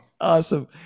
Awesome